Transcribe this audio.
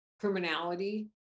criminality